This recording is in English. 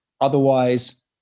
otherwise